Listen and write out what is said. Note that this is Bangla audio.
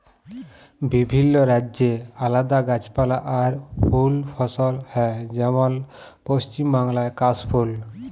বিভিল্য রাজ্যে আলাদা গাছপালা আর ফুল ফসল হ্যয় যেমল পশ্চিম বাংলায় কাশ ফুল